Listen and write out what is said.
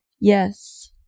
Yes